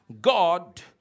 God